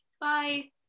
Bye